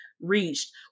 reached